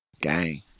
gang